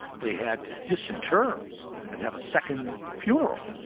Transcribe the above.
they had to disinter and have a second funeral.